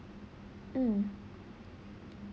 mm